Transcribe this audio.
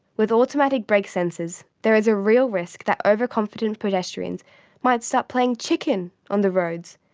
with automatic brake sensors, there is a real risk that overconfident pedestrians might start playing chicken on the roads,